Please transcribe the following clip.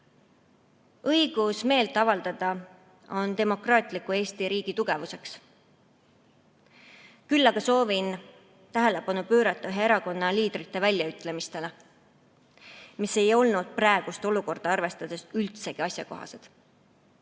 Õigus meelt avaldada on demokraatliku Eesti riigi tugevuseks. Küll aga soovin tähelepanu pöörata ühe erakonna liidrite väljaütlemistele, mis ei olnud praegust olukorda arvestades üldsegi asjakohased.